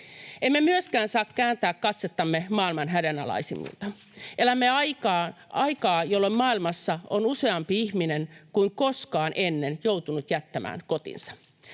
Emme myöskään saa kääntää katsettamme maailman hädänalaisilta. Elämme aikaa, jolloin maailmassa on useampi ihminen kuin koskaan ennen joutunut jättämään kotinsa.